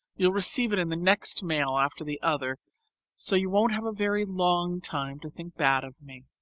you'll receive it in the next mail after the other so you won't have a very long time to think bad of me.